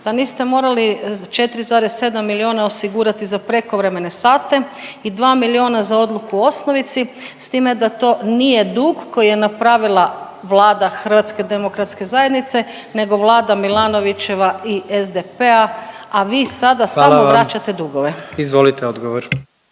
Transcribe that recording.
da niste morali 4,7 miliona osigurati za prekovremene sate i 2 miliona za odluku u osnovici s time da to nije dug koji je napravila Vlada HDZ-a nego vlada Milanovićeva i SDP-a, a vi sada samo …/Upadica predsjednik: Hvala vam./… vraćate dugove.